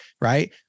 right